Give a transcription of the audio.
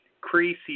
Creasy